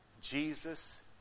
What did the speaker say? Jesus